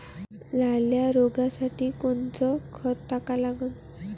लाल्या रोगासाठी कोनचं खत टाका लागन?